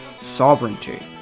sovereignty